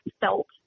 felt